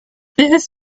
this